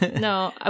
No